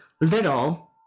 little